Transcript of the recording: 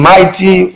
Mighty